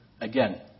Again